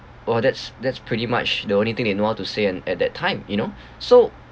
!wow! that's that's pretty much the only thing they know how to say and at that time you know so